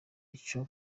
ico